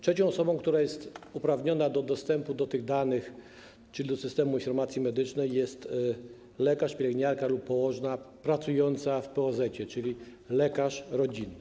Trzecią osobą, która jest uprawniona do dostępu do tych danych, czyli do Systemu Informacji Medycznej, jest lekarz, pielęgniarka lub położna pracujący w POZ, lekarz rodzinny.